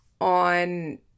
on